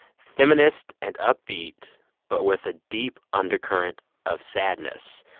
feminist and upbeat but with a deep undercurrent of sadness.